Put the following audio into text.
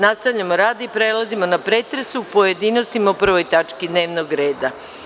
Nastavljamo rad i prelazimo na pretres u pojedinostima o Prvoj tački dnevnog reda.